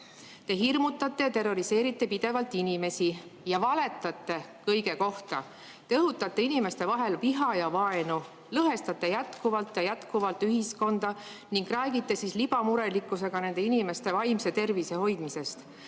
hirmutate ja terroriseerite pidevalt inimesi ning valetate kõige kohta. Te õhutate inimeste vahel viha ja vaenu, lõhestate jätkuvalt ja jätkuvalt ühiskonda ning räägite siis libamurelikkusega nende inimeste vaimse tervise hoidmisest.